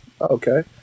Okay